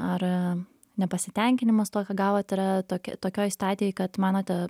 ar nepasitenkinimas tuo ką gavot yra tok tokioj stadijoj kad manote